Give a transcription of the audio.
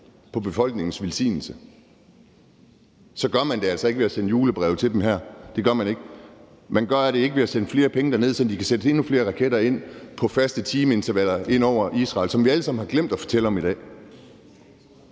med befolkningens velsignelse, gør man det altså ikke ved at sende julebreve til dem. Det gør man ikke. Man gør det ikke ved at sende flere penge derned, så de kan sende endnu flere raketter med faste tidsintervaller ind over Israel, hvilket vi alle sammen har glemt at fortælle om i dag.